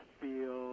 feel